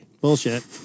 Bullshit